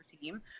team